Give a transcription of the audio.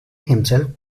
himself